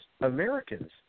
Americans